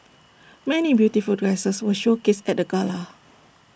many beautiful dresses were showcased at the gala